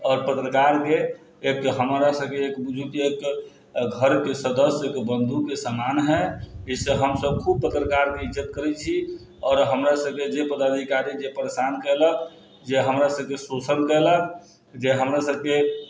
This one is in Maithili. आओर पत्रकारके एक हमरा सबके एक बुझू की एक घरके सदस्यके बन्धुके समान है इससे हमसब खूब पत्रकारके इज्जत करै छी आओर हमरा सबके जे पदाधिकारी जे परेशान कयलक जे हमरा सबके शोषण कयलक जे हमरा सबके